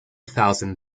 thousand